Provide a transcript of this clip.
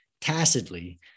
tacitly